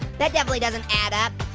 that definitely doesn't add up.